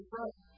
right